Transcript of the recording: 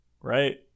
right